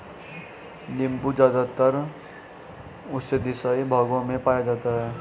नीबू ज़्यादातर उष्णदेशीय भागों में पाया जाता है